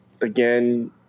again